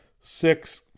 six